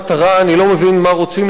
אני לא מבין מה רוצים לעשות,